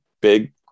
big